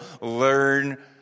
learn